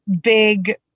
big